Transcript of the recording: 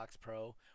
Pro